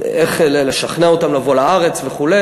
לשכנע אותן לבוא לארץ וכו',